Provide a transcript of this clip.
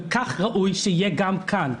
וכך ראוי שיהיה גם כאן.